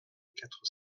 quatre